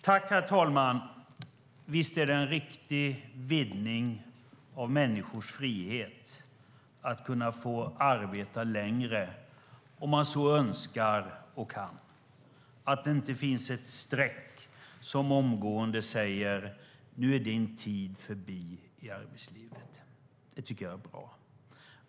Herr talman! Visst är det en riktig vidgning av människors frihet att man kan få arbeta längre om man så önskar och kan och att det inte finns ett streck som omgående säger: Nu är din tid i arbetslivet förbi. Det tycker jag är bra.